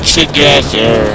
together